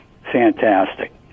Fantastic